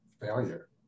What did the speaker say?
failure